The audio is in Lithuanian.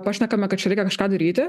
pašnekame kad čia reikia kažką daryti